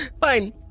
fine